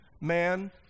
man